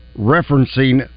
referencing